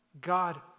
God